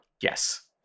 Yes